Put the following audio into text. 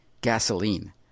gasoline